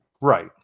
Right